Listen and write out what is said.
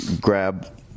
grab